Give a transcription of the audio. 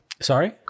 sorry